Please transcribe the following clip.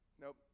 nope